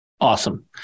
Awesome